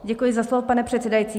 Děkuji za slovo, pane předsedající.